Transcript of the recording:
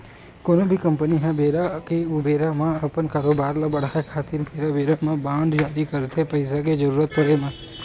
कोनो भी कंपनी ह बेरा के ऊबेरा म अपन कारोबार ल बड़हाय खातिर बेरा बेरा म बांड जारी करथे पइसा के जरुरत पड़े म